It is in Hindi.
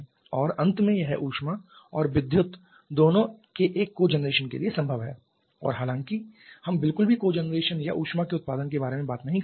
और अंत में यह ऊष्मा और विद्युत दोनों के एक कोजेनरेशन के लिए संभव है और हालाँकि हम बिल्कुल भी कोजेनरेशन या ऊष्मा के उत्पादन के बारे में बात नहीं कर रहे हैं